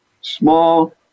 small